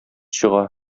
чыга